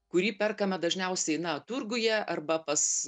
kurį perkame dažniausiai na turguje arba pas